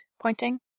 pointing